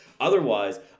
Otherwise